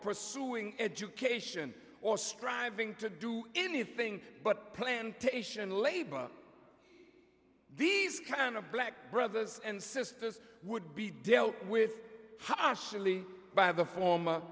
pursuing education or striving to do anything but plantation labor these kind of black brothers and sisters would be dealt with harshly by the former